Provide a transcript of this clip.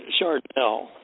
Chardonnay